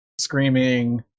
screaming